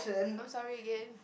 I'm sorry again